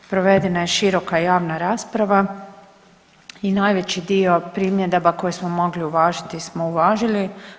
Provedena je široka javna rasprava i najveći dio primjedaba koje smo mogli uvažiti smo uvažili.